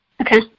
Okay